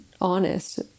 honest